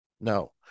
No